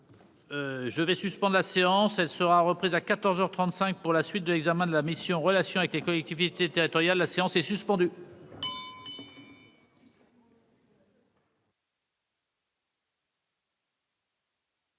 Je vais suspendre la séance, elle sera reprise à 14 heures 35 pour la suite de l'examen de la mission Relations avec les collectivités territoriales, la séance est suspendue.